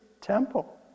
temple